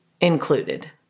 included